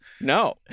No